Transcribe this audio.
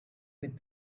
with